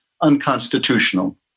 unconstitutional